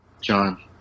John